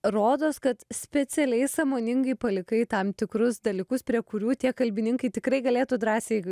rodos kad specialiai sąmoningai palikai tam tikrus dalykus prie kurių tie kalbininkai tikrai galėtų drąsiai